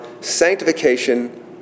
sanctification